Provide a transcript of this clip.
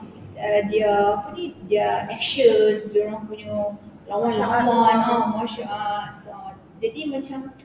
uh their apa ni their actions dorang punya lawan-lawan ah martial arts jadi macam